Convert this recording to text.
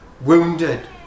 wounded